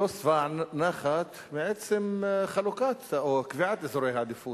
לא שבע נחת מעצם חלוקת או קביעת אזורי העדיפות.